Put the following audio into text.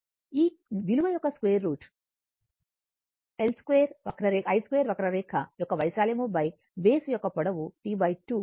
ఈ విలువ యొక్క స్క్వేర్ రూట్వర్గ మూలం I2 వక్రరేఖ యొక్క వైశాల్యం బేస్ యొక్క పొడవు T 2 0 నుండి T 2 వరకు ఉంటుంది